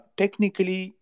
technically